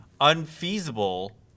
unfeasible